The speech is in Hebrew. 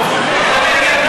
משעמם,